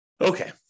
okay